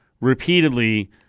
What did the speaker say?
repeatedly